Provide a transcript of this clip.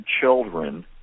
children